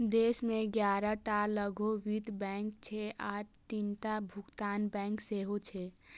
देश मे ग्यारह टा लघु वित्त बैंक छै आ तीनटा भुगतान बैंक सेहो छै